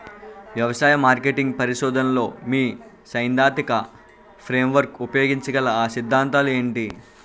వ్యవసాయ మార్కెటింగ్ పరిశోధనలో మీ సైదాంతిక ఫ్రేమ్వర్క్ ఉపయోగించగల అ సిద్ధాంతాలు ఏంటి?